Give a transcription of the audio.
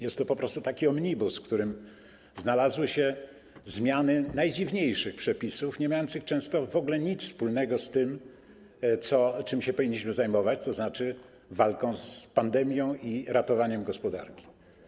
Jest to po prostu taki omnibus, w którym znalazły się zmiany najdziwniejszych przepisów, niemających często w ogóle nic wspólnego z tym, czym się powinniśmy zajmować, to znaczy walką z pandemią i ratowaniem gospodarki.